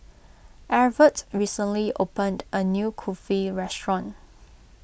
Evertt recently opened a new Kulfi restaurant